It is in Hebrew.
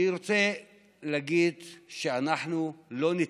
אני רוצה להגיד שאנחנו לא ניתן.